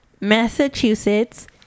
Massachusetts